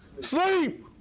sleep